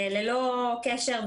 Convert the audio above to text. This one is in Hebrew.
ללא קשר,